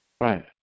Right